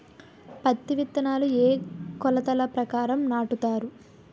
పత్తి విత్తనాలు ఏ ఏ కొలతల ప్రకారం నాటుతారు?